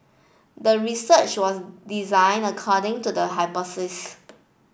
the research was designed according to the hypothesis